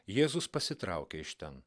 jėzus pasitraukė iš ten